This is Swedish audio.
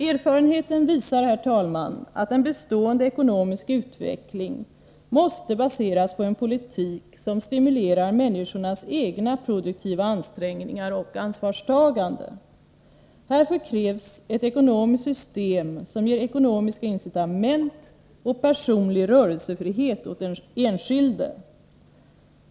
Erfarenheten visar, herr talman, att en bestående ekonomisk utveckling måste baseras på en politik som stimulerar människornas egna produktiva ansträngningar och eget ansvarstagande. Härför krävs ett ekonomiskt system som ger ekonomiska incitament och personlig rörelsefrihet åt den enskilde.